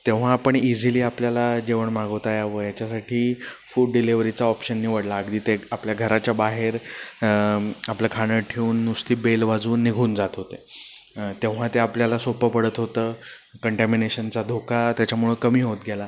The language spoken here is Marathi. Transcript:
तेव्हा आपण इझिली आपल्याला जेवण मागवता यावं याच्यासाठी फूड डिलेवरीचा ऑप्शन निवडला अगदी ते आपल्या घराच्या बाहेर आपलं खाणं ठेवून नुसती बेल वाजवून निघून जात होते तेव्हा ते आपल्याला सोपं पडत होतं कंटॅमिनेशनचा धोका त्याच्यामुळं कमी होत गेला